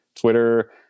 Twitter